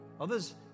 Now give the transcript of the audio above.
Others